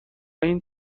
این